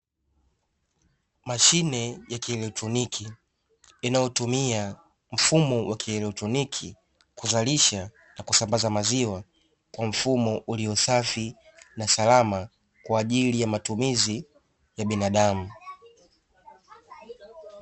Mashine ya kielektroniki, inayotumia mfumo wa kielektroniki kuzalisha na kusambaza maziwa kwa mfumo uliosafi na salama kwa ajili ya matumizi ya binadamu.